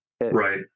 Right